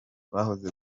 bahoze